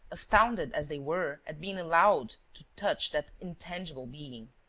astounded as they were at being allowed to touch that intangible being.